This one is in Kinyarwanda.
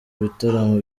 bitaramo